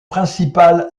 principale